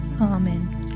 Amen